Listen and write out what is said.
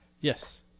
Yes